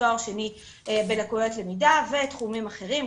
תואר שני בלקויות למידה ותחומים אחרים,